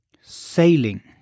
sailing